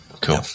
Cool